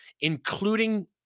including